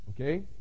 Okay